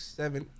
seven